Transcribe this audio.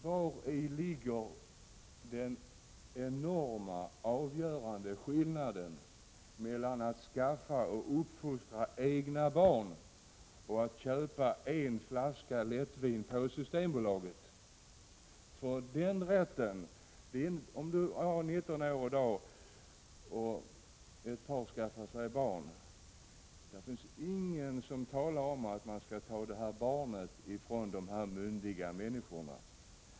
Vari ligger den enorma avgörande skillnaden mellan att skaffa och uppfostra egna barn och att köpa en flaska lättvin på Systembolaget? Om ett par som är 19 år skaffar sig ett barn, finns det ingen som talar om att man skall ta barnet från dessa myndiga människor.